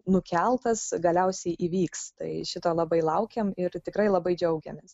nukeltas galiausiai įvyks tai šito labai laukėm ir tikrai labai džiaugiamės